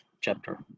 chapter